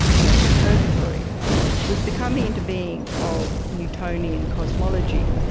hell, and purgatory with the coming into being of newtonian cosmology,